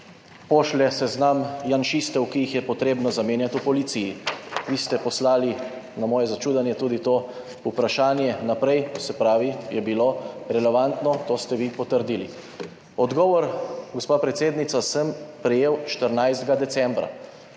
pošlje seznam janšistov, ki jih je potrebno zamenjati v policiji. Vi ste poslali, na moje začudenje, tudi to vprašanje naprej, se pravi, je bilo relevantno, to ste vi potrdili. Odgovor, gospa predsednica, sem prejel 14. decembra,